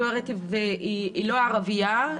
היא לא ערבייה,